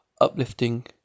uplifting